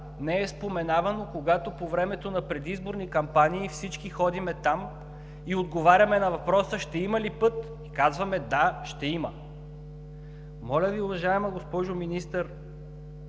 не е споменавано по време на предизборни кампании, когато всички ходим там и отговаряме на въпроса: ще има ли път? Казваме: да, ще има. Моля Ви, уважаема госпожо Министър,